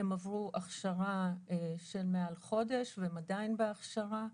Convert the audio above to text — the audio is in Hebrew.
הם עברו הכשרה של למעלה מחודש והם עדיין בהכשרה.